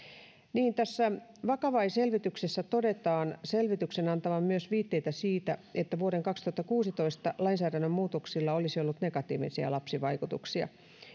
tässä vakavai selvityksessä todetaan selvityksen antavan myös viitteitä siitä että vuoden kaksituhattakuusitoista lainsäädännön muutoksilla olisi ollut negatiivisia lapsivaikutuksia